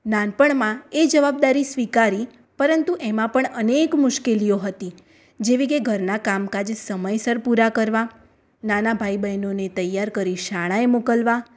નાનપણમાં એ જવાબદારી સ્વીકારી પરંતુ એમાં પણ અનેક મુશ્કેલીઓ હતી જેવી કે ઘરનાં કામકાજ સમયસર પૂરાં કરવાં નાના ભાઈ બેહનોને તૈયાર કરી શાળાએ મોકલવાં